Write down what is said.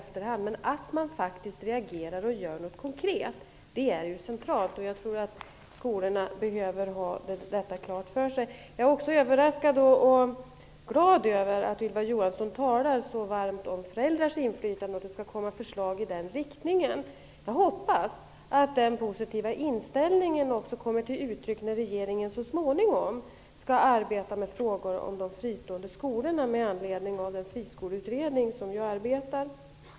Men att man faktiskt reagerar och konkret gör något är centralt. Jag tror att skolorna behöver ha detta klart för sig. Vidare är jag överraskad och även glad över att Ylva Johansson så varmt talar om föräldrarnas inflytande och att hon säger att det skall komma förslag i den riktningen. Jag hoppas att den positiva inställningen också kommer till uttryck när regeringen så småningom skall arbeta med frågor som gäller de fristående skolorna med anledning av den friskoleutredning som arbetar med detta.